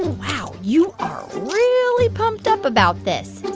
wow. you are really pumped up about this.